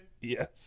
Yes